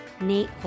Nate